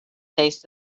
faces